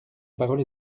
parole